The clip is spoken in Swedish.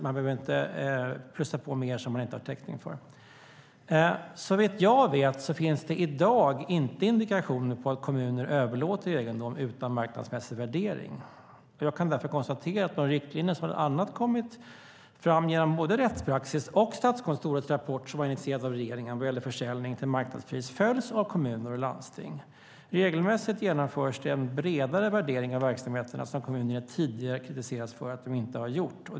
Man behöver inte plussa på mer som man inte har täckning för. Såvitt jag vet finns det i dag inte indikationer på att kommuner överlåter egendom utan marknadsmässig värdering. Jag kan därför konstatera att de riktlinjer som bland annat har kommit fram genom både rättspraxis och Statskontorets rapport som var initierad av regeringen vad gäller försäljning till marknadspris följs av kommuner och landsting. Regelmässigt genomförs det en bredare värdering av verksamheter som kommunerna tidigare kritiserats för att de inte har gjort.